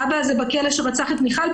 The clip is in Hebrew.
האבא הזה שבכלא שרצח את מיכל?